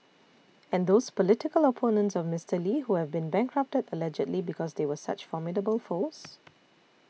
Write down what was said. and those political opponents of Mister Lee who have been bankrupted allegedly because they were such formidable foes